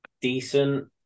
decent